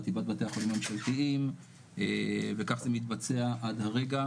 חטיבת בתי החולים הממשלתיים וכך זה מתבצע עד הרגע,